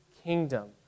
kingdom